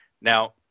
Now